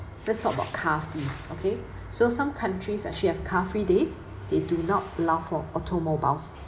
first talk about car free okay so some countries actually have car free days they do not allow for automobiles